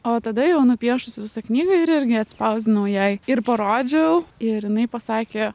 o tada jau nupiešus visą knygą ir irgi atspausdinau jai ir parodžiau ir jinai pasakė